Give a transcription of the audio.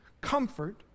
comfort